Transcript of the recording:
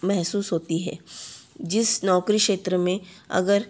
महसूस होती है जिस नौकरी क्षेत्र में अगर